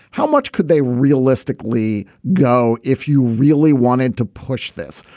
how much could they realistically go if you really wanted to push this.